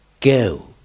Go